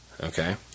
Okay